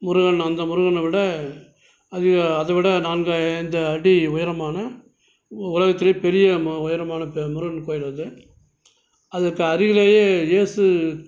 முருகன் அந்த முருகனை விட அது அதை விட நான்கு அஞ்சு அடி உயரமான உ உலகத்தில் பெரிய ம உயரமான த முருகன் கோவில் அது அதுக்கு அருகிலேயே இயேசு